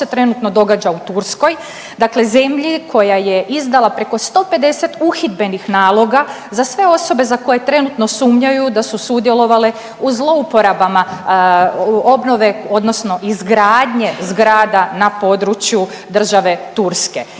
što se trenutno događa u Turskoj, dakle zemlji koja je izdala preko 150 uhidbenih naloga za sve osobe za koje trenutno sumnjaju da su sudjelovale u zlouporabama obnove, odnosno izgradnje zgrada na području države Turske.